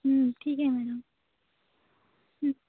ठीक आहे मॅडम